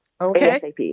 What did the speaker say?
Okay